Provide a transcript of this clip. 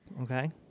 Okay